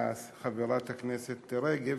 חברת הכנסת רגב,